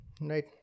right